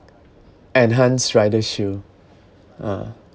enhanced riders shield ah